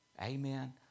Amen